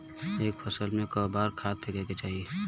एक फसल में क बार खाद फेके के चाही?